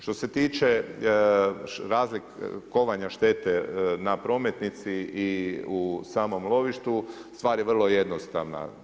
Što se tiče uzrokovanja štete na prometnici i u samom lovištu, stvar je vrlo jednostavna.